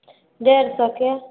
डेढ़ सए के